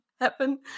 happen